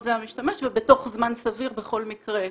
בחוזה המשתמש ובתוך זמן סביר בכל מקרה,